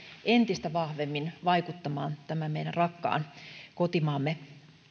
entistä vahvemmin vaikuttamaan tämän meidän rakkaan kotimaamme